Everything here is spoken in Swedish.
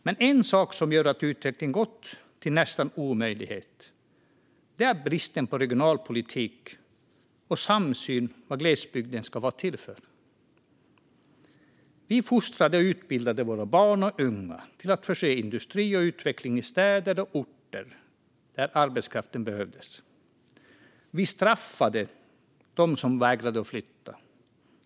Men en sak som gör att utvecklingen gått till nästan omöjlighet är bristen på regionalpolitik och bristen på samsyn om vad glesbygden ska vara till för. Vi fostrade och utbildade våra barn och unga för att se till att det fanns arbetskraft i industrin och för utveckling i städerna. Vi straffade dem som vägrade flytta.